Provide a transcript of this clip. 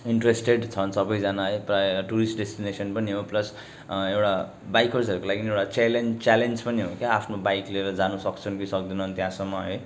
interested छन् सबैजना है प्रायः टुरिस्ट डेस्टिनेसन पनि हो प्लस एउटा बाइकर्सहरूको लागि एउटा च्यालेन्ज च्यालेन्ज पनि हो क्या आफ्नो बाइक लिएर जानु सक्छन् कि सक्दैनन् त्यहाँसम्म है